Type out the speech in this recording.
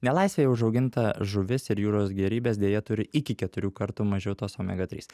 nelaisvėje užauginta žuvis ir jūros gėrybės deja turi iki keturių kartų mažiau tos omega trys